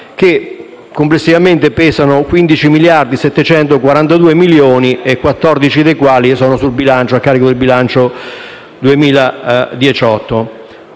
che complessivamente pesano per 15.742 milioni, 14 dei quali sono a carico del bilancio 2018.